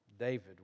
David